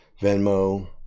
Venmo